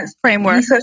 framework